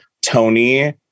Tony